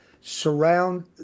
surround